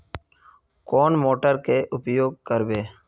कौन मोटर के उपयोग करवे?